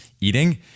eating